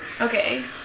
Okay